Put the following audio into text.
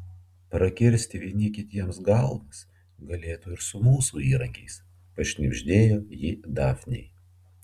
prakirsti vieni kitiems galvas galėtų ir su mūsų įrankiais pašnibždėjo ji dafnei